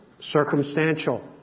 circumstantial